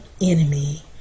enemy